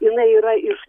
jinai yra iš